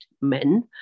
men